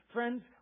Friends